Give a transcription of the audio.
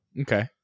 Okay